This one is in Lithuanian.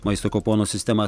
maisto kuponų sistema